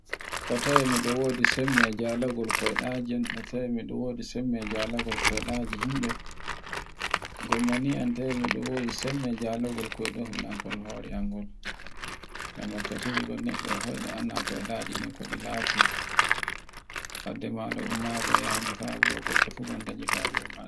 ko tawe mi wodi sembe njalagol koyɗa sembe njalagol koyɗaje himbe. Gomma ni an tawe mi wodi sembe jalungol koyɗol kol hore am. Ngam wakkatire goɗɗe a hoyɗa kode lati fadde mada ummago yahani haa wuro maɗa.